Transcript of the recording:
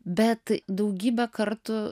bet daugybę kartų